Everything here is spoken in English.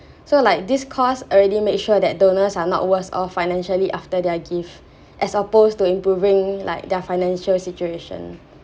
so like this cost already made sure that donors are not worse off financially after their give as opposed to improving like their financial situation